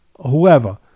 whoever